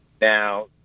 Now